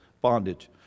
bondage